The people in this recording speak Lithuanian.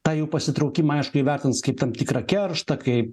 tą jų pasitraukimą aišku įvertins kaip tam tikrą kerštą kaip